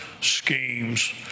schemes